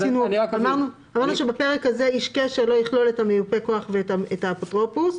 אמרנו שבפרק זה "איש קשר" לא יכלול את מיופה הכוח ואת האפוטרופוס,